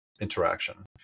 interaction